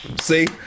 See